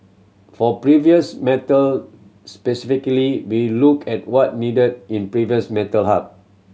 for previous metal specifically we look at what needed in previous metal hub